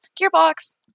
Gearbox